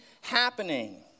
happening